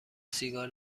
سیگار